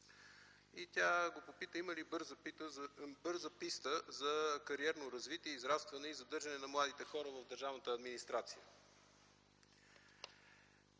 Тя го попита има ли бърза писта за кариерно развитие, израстване и задържане на младите хора в държавната администрация.